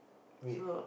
wait